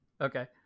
Okay